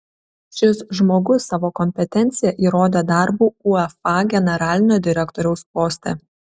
šis žmogus savo kompetenciją įrodė darbu uefa generalinio direktoriaus poste